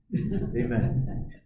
Amen